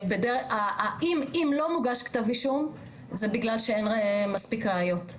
אם לא מוגש כתב אישום, זה בגלל שאין מספיק ראיות.